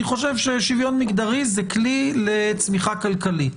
אני חושב ששוויון מגדרי הוא כלי לצמיחה כלכלית.